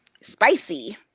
spicy